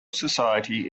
society